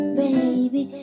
baby